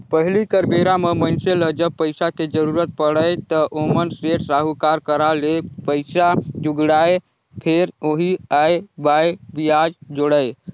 पहिली कर बेरा म मइनसे ल जब पइसा के जरुरत पड़य त ओमन सेठ, साहूकार करा ले पइसा जुगाड़य, फेर ओही आंए बांए बियाज जोड़य